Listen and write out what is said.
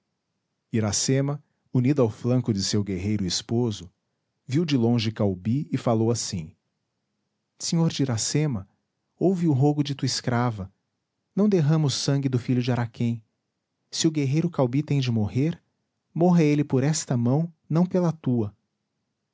iracema unida ao flanco de seu guerreiro e esposo viu de longe caubi e falou assim senhor de iracema ouve o rogo de tua escrava não derrama o sangue do filho de araquém se o guerreiro caubi tem de morrer morra ele por esta mão não pela tua